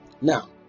Now